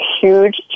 huge